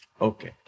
Okay